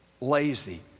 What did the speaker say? lazy